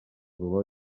dolor